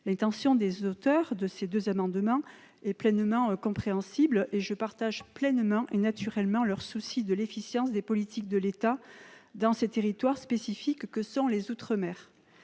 L'intention de leurs auteurs est pleinement compréhensible, et je partage naturellement leur souci de l'efficience des politiques de l'État dans ces territoires spécifiques que sont les outre-mer.